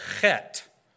chet